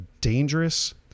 dangerous